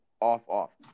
off-off